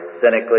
cynically